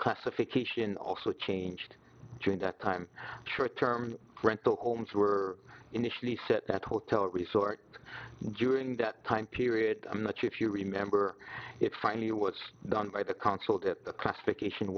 classification also changed during that time short term rental homes were initially set at hotel resort during that time period i'm not sure if you remember it finally was done by the council at the classification